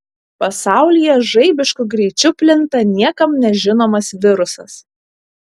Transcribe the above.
pasaulyje žaibišku greičiu plinta niekam nežinomas virusas